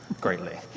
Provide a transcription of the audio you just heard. greatly